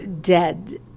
dead